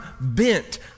bent